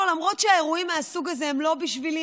למרות שהאירועים מהסוג הזה הם לא בשבילי,